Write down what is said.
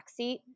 backseat